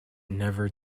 never